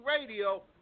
Radio